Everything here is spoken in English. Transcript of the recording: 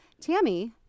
Tammy